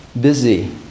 busy